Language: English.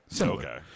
Okay